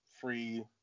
free